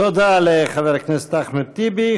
תודה לחבר הכנסת אחמד טיבי.